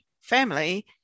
family